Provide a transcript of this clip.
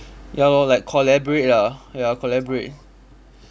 ya lor like collaborate lah ya collaborate